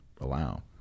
allow